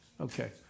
Okay